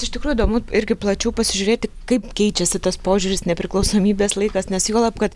iš tikrų įdomu irgi plačiau pasižiūrėti kaip keičiasi tas požiūris nepriklausomybės laikas nes juolab kad